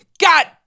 god